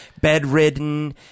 bedridden